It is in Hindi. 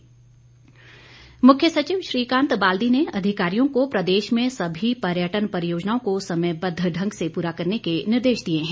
मुख्य सचिव मुख्य सचिव श्रीकांत बाल्दी ने अधिकारियों को प्रदेश में सभी पर्यटन परियोजनाओं को समयबद्व ढंग से पूरा करने के निर्देश दिए हैं